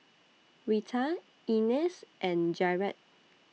Rita Ines and Jarett